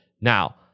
Now